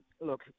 Look